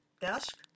desk